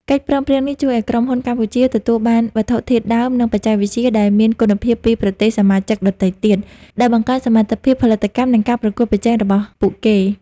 កិច្ចព្រមព្រៀងនេះជួយឲ្យក្រុមហ៊ុនកម្ពុជាទទួលបានវត្ថុធាតុដើម និងបច្ចេកវិទ្យាដែលមានគុណភាពពីប្រទេសសមាជិកដទៃទៀត ដែលបង្កើនសមត្ថភាពផលិតកម្ម និងការប្រកួតប្រជែងរបស់ពួកគេ។